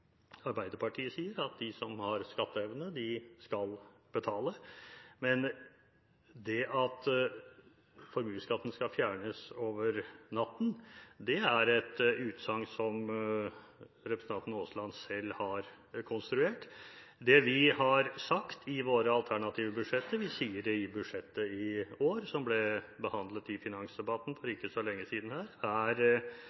Arbeiderpartiet sier, at de som har skatteevne, skal betale. Men det at formuesskatten skal fjernes over natten, er et utsagn som representanten Aasland selv har konstruert. Det vi har skrevet om i våre alternative budsjetter – det står om det i budsjettet i år, som ble behandlet i finansdebatten for